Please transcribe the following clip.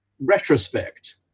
retrospect